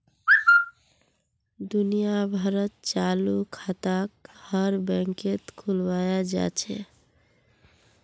दुनिया भरत चालू खाताक हर बैंकत खुलवाया जा छे